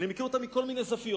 אני מכיר אותם מכל מיני זוויות.